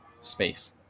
space